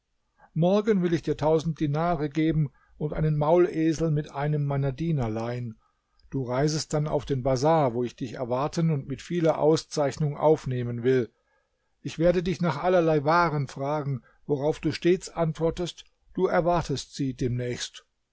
morgen will ich dir tausend dinare geben und einen maulesel mit einem meiner diener leihen du reistest dann auf den bazar wo ich dich erwarten und mit vieler auszeichnung aufnehmen will ich werde dich nach allerlei waren fragen worauf du stets antwortest du erwartest sie demnächst